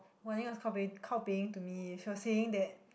Wan-Ning was kaopeiing kaopeiing to me she was saying that